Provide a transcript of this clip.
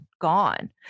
gone